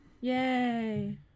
Yay